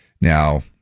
Now